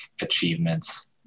achievements